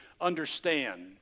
understand